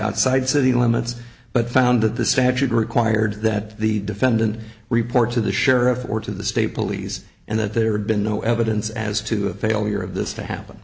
outside city limits but found that the statute required that the defendant report to the sheriff or to the state police and that there had been no evidence as to a failure of this to happen